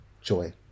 joy